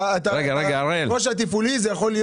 זה תפעולי.